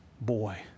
boy